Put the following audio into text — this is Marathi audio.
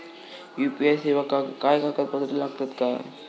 यू.पी.आय सेवाक काय कागदपत्र लागतत काय?